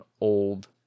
old